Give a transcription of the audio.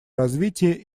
развития